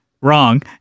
Wrong